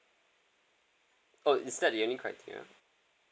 oh is that the only criteria